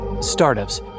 Startups